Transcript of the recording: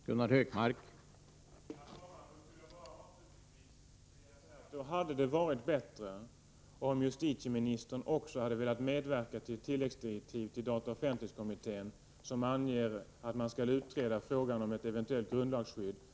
Herr talman! Då skulle jag avslutningsvis bara vilja säga att det hade varit bättre om justitieministern också hade velat medverka till tilläggsdirektiv för dataoch offentlighetskommittén som hade angett att den skall utreda frågan om ett eventuellt grundlagsskydd.